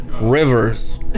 rivers